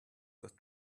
that